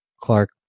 Clark